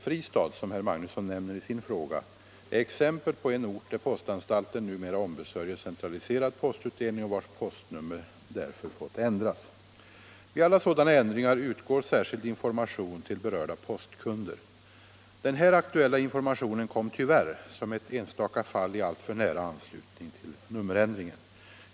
Fristad, som herr Magnusson nämner i sin fråga, är exempel på en ort där postanstalten numera ombesörjer centraliserad postutdelning och vars postnummer därför fått ändras. Vid alla sådana ändringar utgår särskild information till berörda postkunder. Den här aktuella informationen kom tyvärr som ett enstaka fall i alltför nära anslutning till nummerändringen.